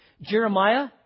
Jeremiah